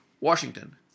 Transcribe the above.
washington